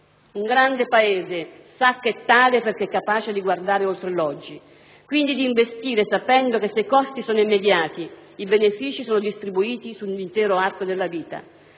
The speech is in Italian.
Un grande Paese sa che è tale perché è capace di guardare oltre l'oggi: quindi, di investire sapendo che se i costi sono immediati i benefici sono distribuiti sull'intero arco della vita.